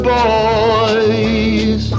boys